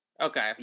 Okay